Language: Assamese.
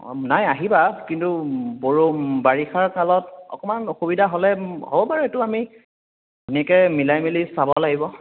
অ' নাই আহিবা কিন্তু বৰ বাৰিষা কালত অকণমান অসুবিধা হ'লে হ'ব পাৰে এইটো আমি ধুনীয়াকৈ মিলাই মেলি চাব লাগিব